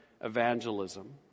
evangelism